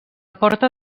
porta